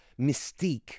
mystique